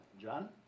John